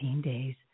days